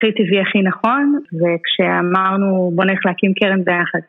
הכי טבעי הכי נכון וכשאמרנו בא נלך להקים קרן ביחד